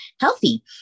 healthy